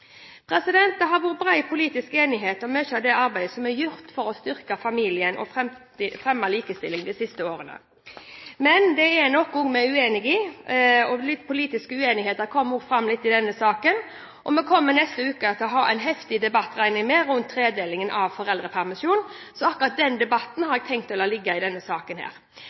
Det har vært bred politisk enighet om mye av det arbeidet som er gjort for å styrke familien og fremme likestilling de siste årene. Men det er noe vi er uenig i, og politiske uenigheter kom også litt fram i denne saken. Jeg regner med at vi neste uke kommer til å ha en heftig debatt rundt tredeling av foreldrepermisjon, så akkurat den debatten har jeg tenkt å la ligge i denne saken.